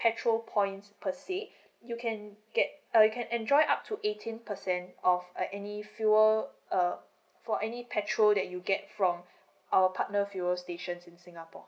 petrol points per say you can get uh you can enjoy up to eighteen percent off uh any fuel uh for any petrol that you get from our partner fuel stations in singapore